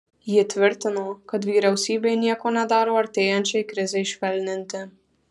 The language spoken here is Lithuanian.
ji tvirtino kad vyriausybė nieko nedaro artėjančiai krizei švelninti